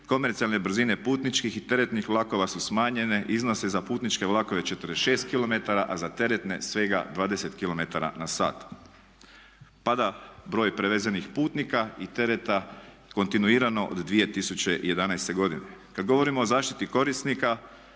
komercijalne brzine putničkih i teretnih vlakova su smanjene. Iznose za putničke vlakove 46 km, a za teretne svega 20 km/h. Pada broj prevezenih putnika i tereta kontinuirano od 2011. godine. Kad govorimo o zaštiti korisnika